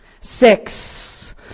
Six